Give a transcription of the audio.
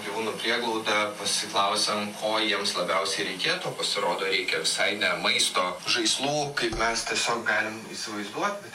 gyvūnų prieglaudą pasiklausėm ko jiems labiausiai reikėtų pasirodo reikia visai ne maisto žaislų kaip mes tiesiog galim įsivaizduot